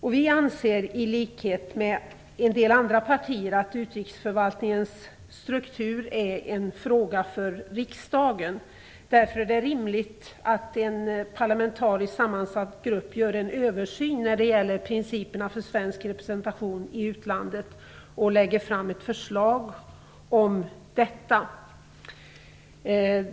Vi anser, i likhet med en del andra partier, att utrikesförvaltningens struktur är en fråga för riksdagen. Det är därför rimligt att en parlamentariskt sammansatt grupp gör en översyn när det gäller principerna för svensk representation i utlandet och lägger fram ett förslag om detta.